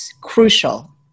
crucial